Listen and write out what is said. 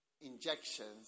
injections